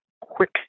quick